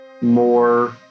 more